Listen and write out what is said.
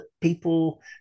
people